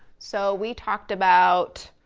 so we talked about,